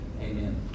Amen